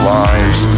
lives